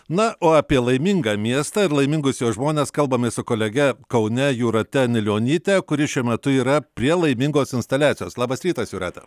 na o apie laimingą miestą ir laimingus jo žmones kalbamės su kolege kaune jūrate anilionytė kuri šiuo metu yra prie laimingos instaliacijos labas rytas jūrate